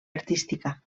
artística